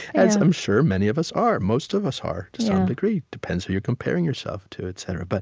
as i'm sure many of us are. most of us are, to some degree. depends who you're comparing yourself to, et cetera. but